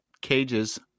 cages